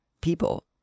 people